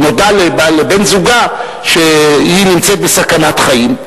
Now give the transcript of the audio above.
נודע לבן-זוגה שהיא נמצאת בסכנת חיים.